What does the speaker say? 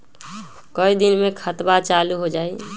कई दिन मे खतबा चालु हो जाई?